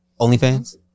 OnlyFans